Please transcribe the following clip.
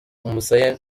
umusaya